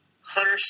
Hunter